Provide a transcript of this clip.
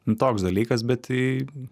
nu toks dalykas bet tai